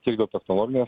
tiek dėl technologinės